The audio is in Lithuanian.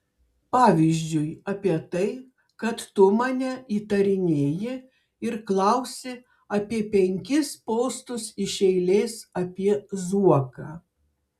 pavyzdžiui apie tai kad tu mane įtarinėji ir klausi apie penkis postus iš eilės apie zuoką